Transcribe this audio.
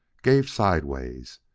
gave sideways,